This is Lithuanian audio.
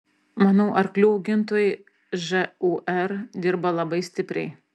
manau arklių augintojai žūr dirba labai stipriai